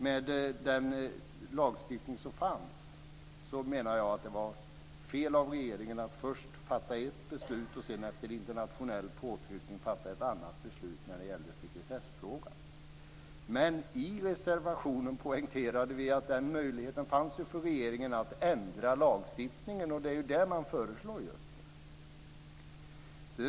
Med den lagstiftning som fanns menar jag att det var fel av regeringen att först fatta ett beslut och sedan efter internationell påtryckning fatta ett annat beslut i sekretessfrågan. Men i reservationen poängterade vi att regeringen hade möjlighet att ändra lagstiftningen, och det är just det som man nu föreslår. Fru talman!